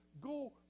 go